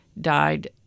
died